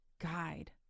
guide